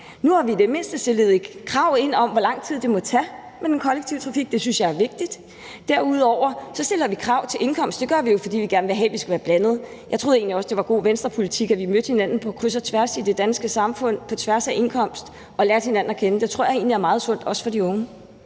Nu har vi i det mindste sat et krav ind om, hvor lang tid det må tage med den kollektive trafik. Det synes jeg er vigtigt. Derudover stiller vi jo krav til indkomst. Det gør vi jo, fordi vi gerne vil have, at vi skal være blandet. Jeg troede egentlig også, det var god Venstrepolitik, at vi mødte hinanden på kryds og tværs i det danske samfund og på tværs af indkomst og lærte hinanden at kende. Det tror jeg egentlig er meget sundt, også for de unge.